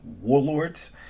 Warlords